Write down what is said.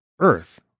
earth